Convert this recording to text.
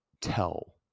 tell